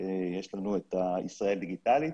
יש לנו את ישראל דיגיטלית,